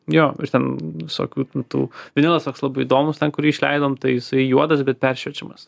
jo ir ten visokių tų vinilas toks labai įdomus ten kur jį išleidom tai jisai juodas bet peršviečiamas